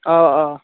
অ' অ'